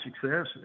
success